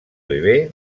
bebè